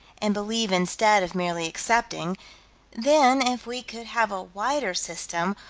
and believe instead of merely accepting then, if we could have a wider system,